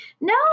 No